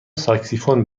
ساکسیفون